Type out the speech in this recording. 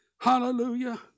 Hallelujah